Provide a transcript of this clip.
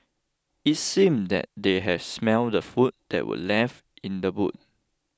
it seemed that they had smelt the food that were left in the boot